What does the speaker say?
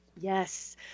Yes